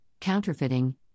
counterfeiting